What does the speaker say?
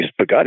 Bugatti